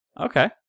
Okay